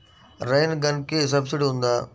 Rain గన్కి subsidy ఉందా?